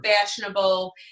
fashionable